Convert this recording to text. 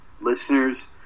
listeners